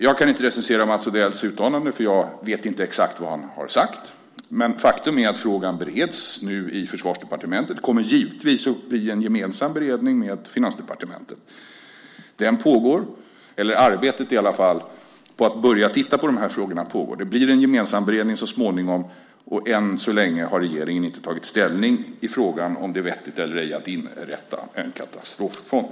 Jag kan inte recensera Mats Odells uttalande för jag vet inte exakt vad han har sagt, men faktum är att frågan nu bereds i Försvarsdepartementet. Den kommer givetvis upp i en gemensam beredning med Finansdepartementet. Arbetet med att börja titta på dessa frågor pågår. Det blir en gemensam beredning så småningom. Än så länge har regeringen inte tagit ställning i frågan om det är vettigt eller inte att inrätta en katastroffond.